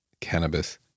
cannabis